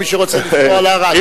או מי שרוצה לנסוע לערד.